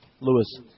Lewis